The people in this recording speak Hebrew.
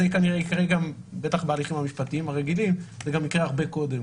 זה כנראה גם יקרה בטח בהליכים המשפטיים הרגילים וזה גם יקרה הרבה קודם,